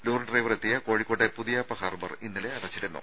lorry driver എത്തിയ കോഴിക്കോട്ടെ Puthiyappa harbour ഇന്നലെ അടച്ചിരുന്നു